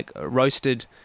roasted